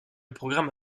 programme